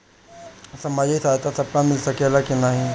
सामाजिक सहायता सबके मिल सकेला की नाहीं?